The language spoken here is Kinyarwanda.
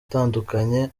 atandukanye